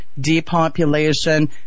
depopulation